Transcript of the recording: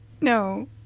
No